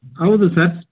ಹೌದು ಸರ್